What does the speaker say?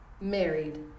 Married